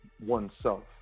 oneself